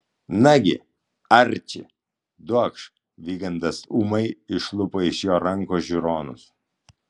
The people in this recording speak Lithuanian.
nagi arči duokš vygandas ūmai išlupo iš jo rankos žiūronus